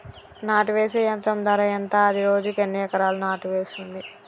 నాటు వేసే యంత్రం ధర ఎంత? అది రోజుకు ఎన్ని ఎకరాలు నాటు వేస్తుంది?